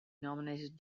nominated